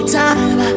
time